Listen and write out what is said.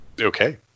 okay